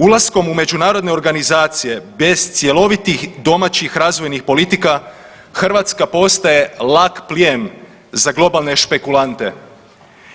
Ulaskom u međunarodne organizacije bez cjelovitih domaćih razvojnih politika Hrvatska postaje lak plijen za globalne špekulante